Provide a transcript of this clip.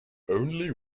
only